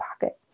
pocket